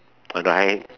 or do I